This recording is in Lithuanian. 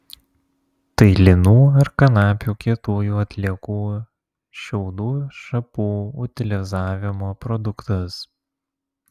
tai linų ar kanapių kietųjų atliekų šiaudų šapų utilizavimo produktas